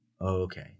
okay